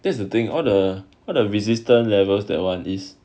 that's the thing all the all the resistance levels that one is